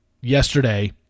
yesterday